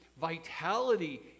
vitality